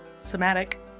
somatic